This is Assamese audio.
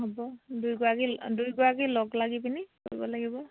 হ'ব দুইগৰাকী দুইগৰাকী লগ লাগি পিনি কৰিব লাগিব